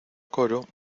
coro